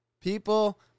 people